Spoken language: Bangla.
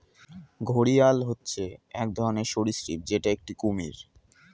ঘড়িয়াল হচ্ছে এক ধরনের সরীসৃপ যেটা একটি কুমির